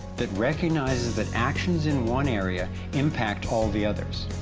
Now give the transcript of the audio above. that recognizes, that actions in one area impact all the others.